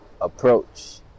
approach